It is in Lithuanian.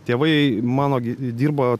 tėvai mano gi dirbo